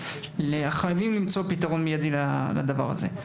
חייבים למצוא פתרון מידי לדבר הזה.